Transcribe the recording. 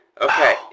Okay